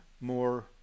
more